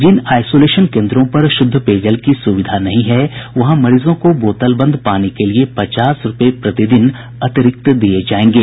जिन isolation केन्द्रों पर शुद्ध पेयजल की सुविधा नहीं है वहां मरीजों को बोतल बंद पानी के लिए पचास रूपये प्रतिदिन अतिरिक्त दिये जायेंगे